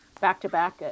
back-to-back